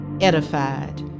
edified